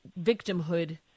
victimhood